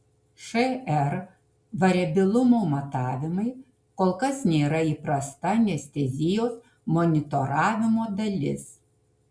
šr variabilumo matavimai kol kas nėra įprasta anestezijos monitoravimo dalis